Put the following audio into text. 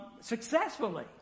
successfully